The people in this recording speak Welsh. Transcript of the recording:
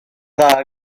dda